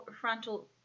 frontal